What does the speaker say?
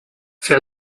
fais